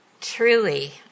Truly